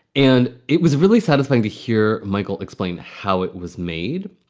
and it was really satisfying to hear michael explain how it was made.